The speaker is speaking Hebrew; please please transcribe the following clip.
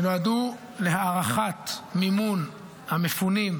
שנועדו להארכת מימון המפונים,